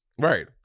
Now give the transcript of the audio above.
Right